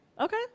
okay